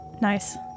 Nice